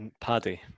Paddy